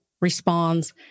responds